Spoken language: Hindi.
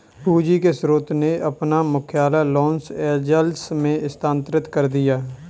पूंजी के स्रोत ने अपना मुख्यालय लॉस एंजिल्स में स्थानांतरित कर दिया